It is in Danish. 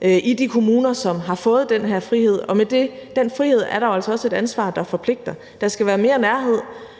i de kommuner, som har fået den her frihed. Og med den frihed er der jo altså også et ansvar, der forpligter. Der skal være mere nærhed,